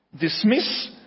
dismiss